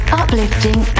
uplifting